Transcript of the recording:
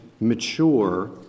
mature